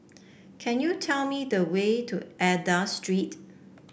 can you tell me the way to Aida Street